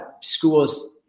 schools